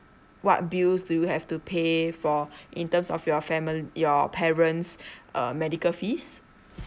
what bills do you have to pay for in terms of your family your parents uh medical fees